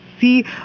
see